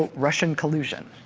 ah russian collusion.